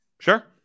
Sure